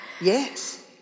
Yes